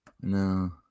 No